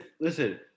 listen